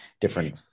different